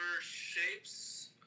shapes